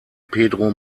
pedro